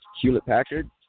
Hewlett-Packard